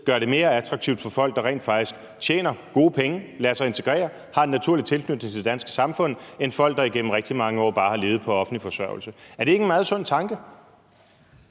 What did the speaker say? gør det mere attraktivt for folk, der rent faktisk tjener gode penge, lader sig integrere og har en naturlig tilknytning til det danske samfund, end for folk, der igennem rigtig mange år bare har levet på offentlig forsørgelse. Er det ikke en meget sund tanke?